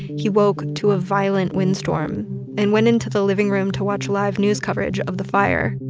he woke to a violent windstorm and went into the living room to watch live news coverage of the fire